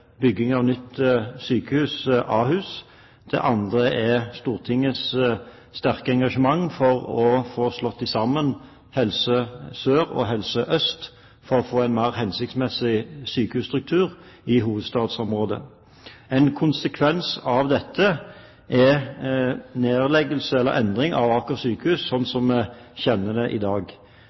bygging av nytt sykehus, Ahus. Det andre er Stortingets sterke engasjement for å få slått sammen Helse Sør og Helse Øst for å få en mer hensiktsmessig sykehusstruktur i hovedstadsområdet. En konsekvens av dette er nedleggelse eller endring av Aker sykehus slik vi kjenner det i dag.